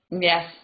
Yes